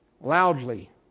loudly